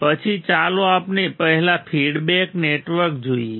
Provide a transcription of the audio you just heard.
પછી ચાલો આપણે પહેલા ફીડબેક નેટવર્ક જોઈએ